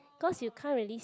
because you can't really s~